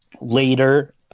later